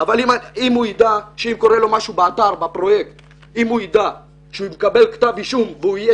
אבל אם הוא ידע שאם קורה לו משהו בפרויקט הוא יקבל כתב אישום ויש